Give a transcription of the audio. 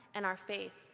and our faith.